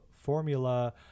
formula